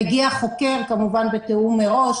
מגיע חוקר, כמובן בתיאום מראש.